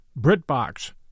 BritBox